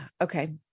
okay